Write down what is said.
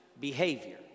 behavior